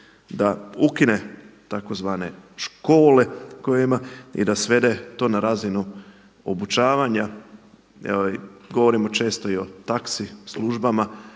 da ukine tzv. škole koje ima i da svede to na razinu obučavanja. Evo govorimo često i o taksi službama